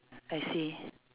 I see